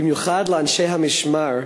ובמיוחד לאנשי המשמר,